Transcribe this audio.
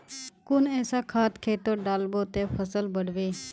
कुन ऐसा खाद खेतोत डालबो ते फसल बढ़बे?